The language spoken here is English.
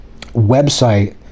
website